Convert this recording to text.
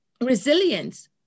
resilience